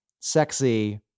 sexy